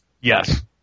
Yes